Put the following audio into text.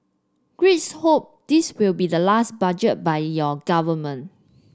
Greeks hope this will be the last budget by your government